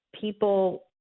people